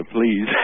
please